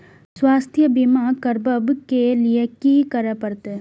स्वास्थ्य बीमा करबाब के लीये की करै परतै?